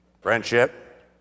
friendship